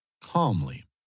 calmly